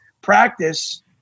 practice